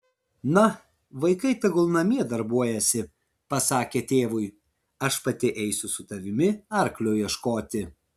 na vaikai tegul namie darbuojasi pasakė tėvui aš pati eisiu su tavimi arklio ieškoti